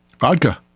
Vodka